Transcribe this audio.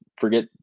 forget